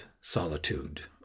solitude